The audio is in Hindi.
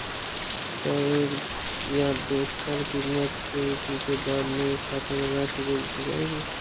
क्या एक या दो साल की मैच्योरिटी के बाद मेरे खाते में राशि भेज दी जाएगी?